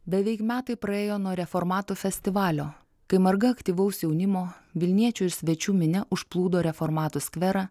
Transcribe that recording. beveik metai praėjo nuo reformatų festivalio kai marga aktyvaus jaunimo vilniečių ir svečių minia užplūdo reformatų skverą